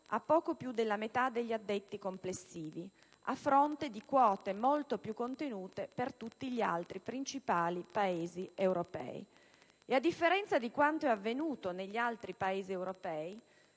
a poco più della metà degli addetti complessivi, a fronte di quote molto più contenute per tutti gli altri principali Paesi europei. Inoltre, a differenza di quanto avvenuto negli altri Paesi europei,